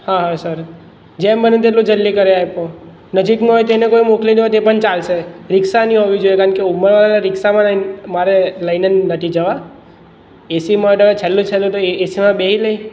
હા હા સર જેમ બને તેટલું જલ્દી કરી આપો નજીકનો હોય તેને કોઈ મોકલી દો તે પણ ચાલશે રિક્ષા નહીં હોવી જોઈએ કારણ કે ઊંમર રિક્ષામાં મારે લઈને જ નથી જવા એસીમાં તો હવે છેલ્લું છેલ્લું તો એ એસીમાં બેસી લે